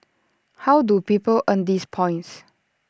how do people earn these points